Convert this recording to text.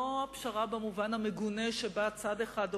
לא פשרה במובן המגונה שבה צד אחד או